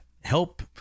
help